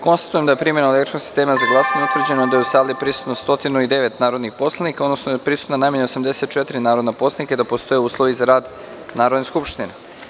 Konstatujem da je primenom elektronskog sistema za glasanje utvrđeno da je u sali prisutno 109 narodnih poslanika, odnosno da su prisutna najmanje 84 narodna poslanika i da postoje uslovi za rad Narodne skupštine.